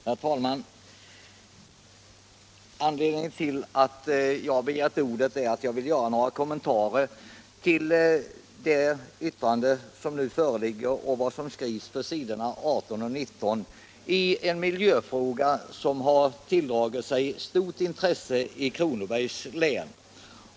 Herr talman! Anledningen till att jag begärt ordet är att jag vill göra några kommentarer till det betänkande som nu föreligger och vad som där skrivs på s. 17-19 i en miljöfråga som har tilldragit sig stort intresse i Kronobergs län.